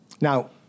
Now